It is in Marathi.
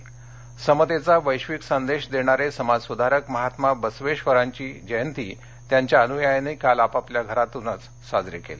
बसवेधर समतेचा वैश्वीक संदेश देणारे समाजसुधारक महात्मा बसवेश्वरांची यांची जयंती त्यांच्या अनुयायांनी काल आपापल्या घरातूनच साजरी केली